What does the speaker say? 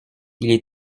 est